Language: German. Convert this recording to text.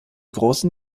großen